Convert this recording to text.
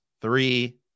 Three